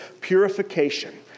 purification